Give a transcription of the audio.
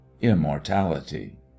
Immortality